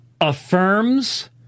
affirms